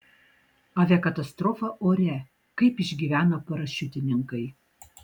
aviakatastrofa ore kaip išgyveno parašiutininkai